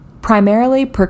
primarily